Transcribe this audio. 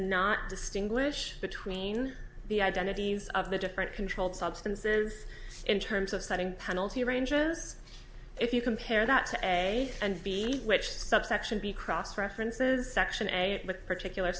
not distinguish between the identities of the different controlled substances in terms of setting penalty ranges if you compare that to a and b which subsection b cross references section eight with particular